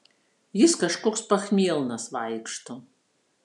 jis kažkoks pachmielnas vaikšto